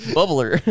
Bubbler